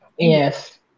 Yes